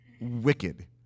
wicked